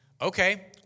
Okay